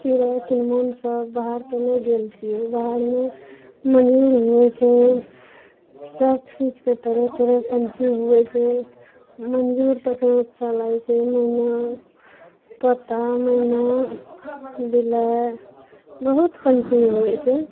चिड़ै चुनमुन सब बाहर तऽ नहि गेल छियै बाहरमे मयूर होइ छै सब चीजके तरह तरह पक्षी होइ छै मंयूर तखन अच्छा लागै छै मैना तोता मैना बिलाइ बहुत पक्षी होइ छै